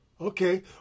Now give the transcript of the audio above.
okay